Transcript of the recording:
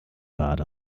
bade